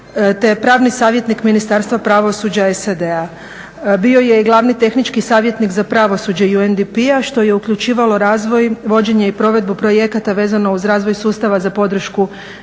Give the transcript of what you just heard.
te pravni savjetnik Ministarstva pravosuđa SAD-a. Bio je glavni tehnički savjetnik za pravosuđe UNDP-a što je uključivalo razvoj, vođenje i provedbu projekata vezano uz razvoj sustava za podršku žrtvama